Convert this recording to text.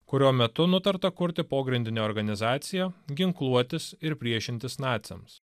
kurio metu nutarta kurti pogrindinę organizaciją ginkluotis ir priešintis naciams